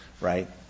Right